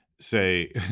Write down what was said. say